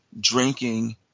drinking